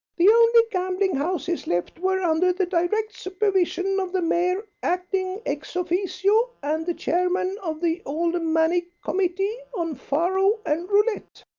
the only gambling houses left were under the direct supervision of the mayor acting ex-officio and the chairman of the aldermanic committee on faro and roulette.